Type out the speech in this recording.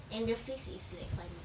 and the face is like funny